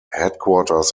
headquarters